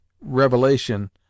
revelation